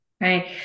Right